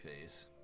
Face